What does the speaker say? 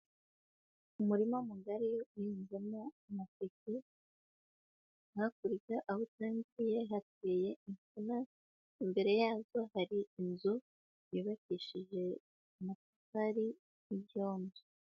Umurima mugari uhinzemo amateke, hakurya aho utangiriye hateye insina, imbere yazo hari inzu yubakishije amatafari y'ibyondo.